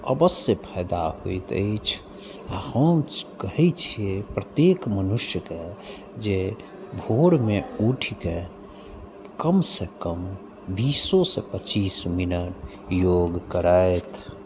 अवश्य फायदा होइत अछि आओर हम कहैत छियै प्रत्येक मनुष्यके भोरमे उठिके कमसँ कम बीसोसँ पच्चीस मिनट योग करथि